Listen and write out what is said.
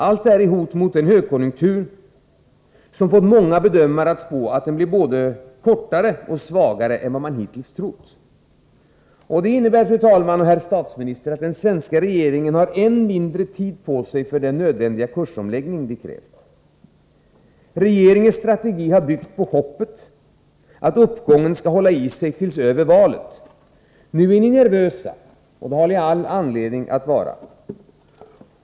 Allt detta utgör hot mot högkonjunkturen, och många bedömare förutspår nu en såväl kortare som svagare uppgång än vad man hittills trott. Det betyder, fru talman och herr statsminister, att den svenska regeringen har än mindre tid på sig för den nödvändiga kursomläggningen, som vi krävt. Regeringens strategi har byggt på hoppet att uppgången skall hålla i sig tills nästa val är över. Nu är ni nervösa, och det har ni all anledning till.